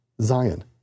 Zion